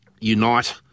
unite